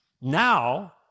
Now